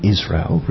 Israel